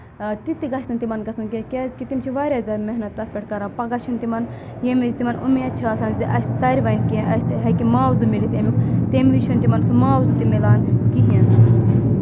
تہِ تہِ گژھِ نہٕ تِمَن گژھُن کینٛہہ کیازِ کہِ تِم چھِ واریاہ زیادٕ محنت تَتھ پؠٹھ کَران پَگہہ چھُنہٕ تِمَن ییٚمہِ وِزِ تِمَن اُمید چھِ آسان زِ اَسہِ تَرِ وۄنۍ کینٛہہ اَسہِ ہیٚکہِ ماوزٕ مِلِتھ اَمیُک تمہِ وِزِ چھُنہٕ تِمَن سُہ معاوزٕ تہِ مِلان کِہیٖنۍ